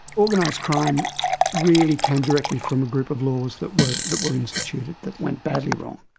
organised crime really came directly from a group of laws that were that were instituted, that went badly wrong.